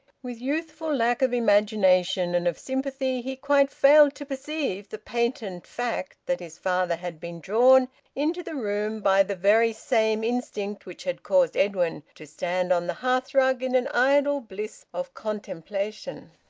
with youthful lack of imagination and of sympathy, he quite failed to perceive the patent fact that his father had been drawn into the room by the very same instinct which had caused edwin to stand on the hearthrug in an idle bliss of contemplation.